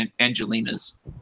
Angelina's